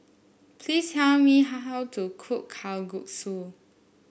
please tell me how how to cook Kalguksu